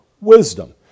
wisdom